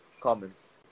comments